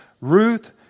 Ruth